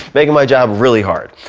making my job really hard,